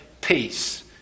Peace